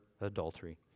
adultery